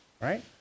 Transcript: right